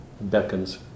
beckons